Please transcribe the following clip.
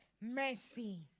Mercy